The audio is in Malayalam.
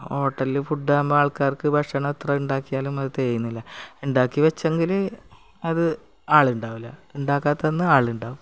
ഹോട്ടലിലെ ഫുഡ്ഡാകുമ്പം ആൾക്കാർക്ക് ഭക്ഷണമെത്ര ഉണ്ടാക്കിയാലും അതു തികയുന്നില്ല ഉണ്ടാക്കി വെച്ചെങ്കിൽ അത് ആൾ ഉണ്ടാകില്ല ഉണ്ടാക്കാത്തതെന്നു ആളുണ്ടാകും